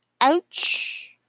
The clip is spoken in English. Ouch